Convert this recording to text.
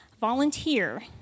volunteer